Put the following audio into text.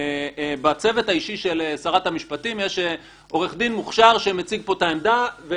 בצוות האישי של שרת המשפטים יש עורך דין מוכשר שמציג פה את העמדה.